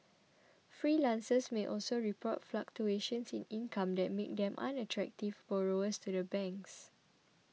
freelancers may also report fluctuations in income that make them unattractive borrowers to the banks